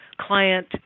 client